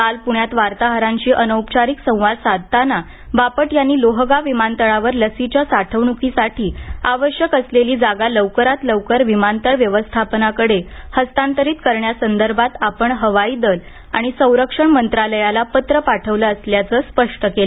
काल पुण्यात वार्ताहरांशी अनौपचारिक संवाद साधताना बापट यांनी लोहगाव विमानतळावर लसीच्या साठवणुकीसाठी आवश्यक असलेली जागा लवकरात लवकर विमानतळ व्यवस्थापनाकडे हस्तांतरित करण्यासंदर्भात आपण हवाई दल आणि संरक्षण मंत्रालयाला पत्र पाठवलं असल्याचं स्पष्ट केलं